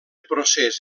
procés